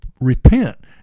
repent